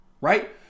right